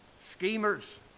Schemers